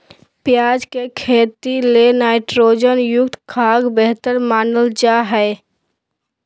प्याज के खेती ले नाइट्रोजन युक्त खाद्य बेहतर मानल जा हय